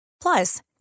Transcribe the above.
Plus